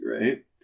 right